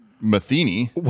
Matheny